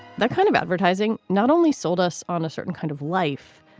that kind of advertising not only sold us on a certain kind of life,